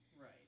Right